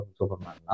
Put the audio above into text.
superman